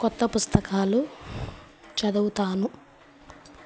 కొత్త పుస్తకాలు చదువుతాను